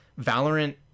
Valorant